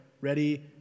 Ready